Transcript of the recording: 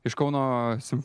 iš kauno sim